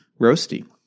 roasty